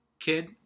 kid